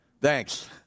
Thanks